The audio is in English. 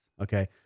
Okay